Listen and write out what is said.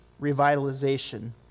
revitalization